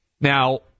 Now